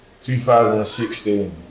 2016